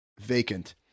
vacant